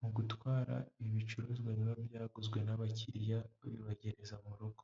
mu gutwara ibicuruzwa biba byaguzwe n'abakiriya, babibagereza mu rugo.